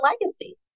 legacy